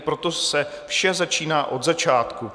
Proto se vše začíná od začátku.